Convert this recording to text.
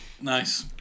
nice